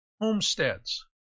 homesteads